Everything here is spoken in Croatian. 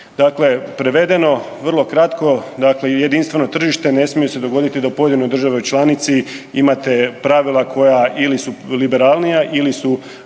Dakle, prevedeno vrlo kratko, dakle jedinstveno tržište ne smije se dogoditi da pojedinoj državi članici imate pravila koja ili su liberalnija ili su